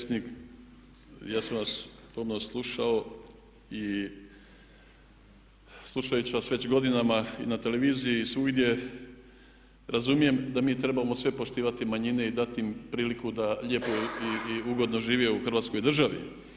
Ja sam vas pomno slušao i slušajući vas već godinama i na televiziji i svugdje razumijem da mi trebamo svi poštivati manjine i dati im priliku da lijepo i ugodno žive u Hrvatskoj državi.